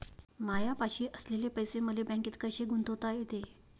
मायापाशी असलेले पैसे मले बँकेत कसे गुंतोता येते?